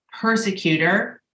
persecutor